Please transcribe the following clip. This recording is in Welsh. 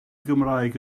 gymraeg